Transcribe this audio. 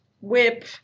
whip